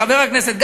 חבר הכנסת גפני,